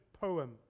poem